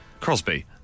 Crosby